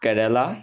কেৰেলা